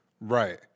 Right